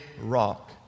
rock